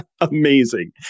amazing